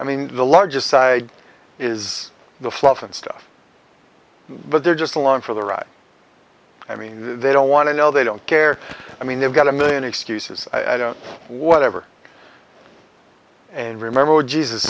i mean the largest side is the fluff and stuff but they're just along for the ride i mean they don't want to know they don't care i mean they've got a million excuses i don't whatever and remember what jesus